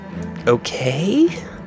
Okay